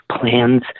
plans